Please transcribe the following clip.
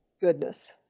goodness